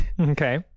okay